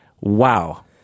wow